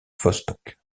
vostok